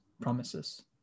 promises